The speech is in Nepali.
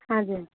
हजुर